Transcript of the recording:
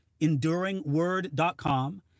EnduringWord.com